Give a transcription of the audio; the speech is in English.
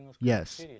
Yes